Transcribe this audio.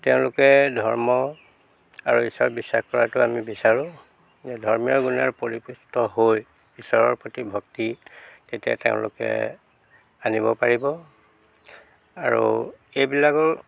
তেওঁলোকে ধৰ্ম আৰু ঈশ্বৰ বিশ্বাস কৰাটো আমি বিচাৰোঁ ধৰ্মীয় গুণেৰে পৰিপুষ্ট হৈ ঈশ্বৰৰ প্ৰতি ভক্তিত তেতিয়া তেওঁলোকে আনিব পাৰিব আৰু এইবিলাকো